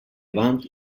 want